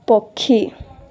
ପକ୍ଷୀ